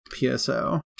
PSO